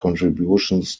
contributions